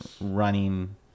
running